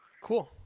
cool